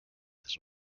this